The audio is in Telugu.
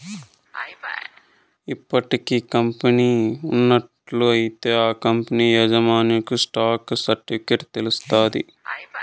ఇప్పటికే కంపెనీ ఉన్నట్లయితే ఆ కంపనీ యాజమాన్యన్ని స్టాక్ సర్టిఫికెట్ల తెలస్తాది